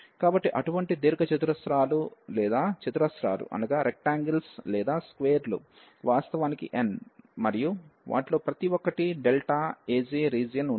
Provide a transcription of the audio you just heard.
కాబట్టి అటువంటి దీర్ఘ చతురస్రాలు లేదా చతురస్రాలు లు వాస్తవానికి n మరియు వాటిలో ప్రతి ఒక్కటి Aj రీజియన్ ఉంటుంది